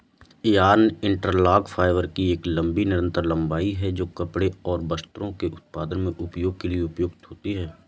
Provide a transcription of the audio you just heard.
yarn interlock fibre की एक लंबी निरंतर लंबाई है, जो कपड़े और वस्त्रों के उत्पादन में उपयोग के लिए उपयुक्त है